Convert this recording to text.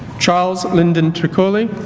charles lyndon tricoli